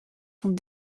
sont